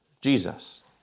Jesus